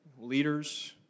leaders